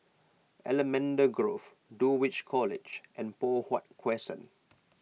Allamanda Grove Dulwich College and Poh Huat Crescent